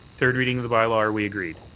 third reading of the bylaw are we agreed?